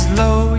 low